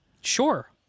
Sure